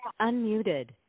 Unmuted